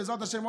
בעזרת השם,